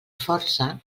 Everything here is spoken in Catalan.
força